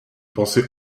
pensée